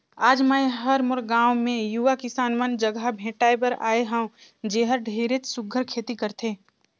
आज मैं हर मोर गांव मे यूवा किसान मन जघा भेंटाय बर आये हंव जेहर ढेरेच सुग्घर खेती करथे